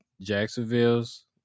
Jacksonville's